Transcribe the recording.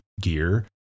gear